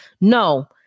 no